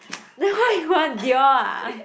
then what you want Dior ah